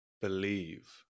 believe